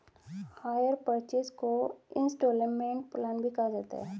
higher purchase को instalment plan भी कहा जाता है